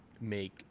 make